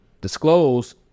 disclose